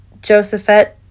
Josephette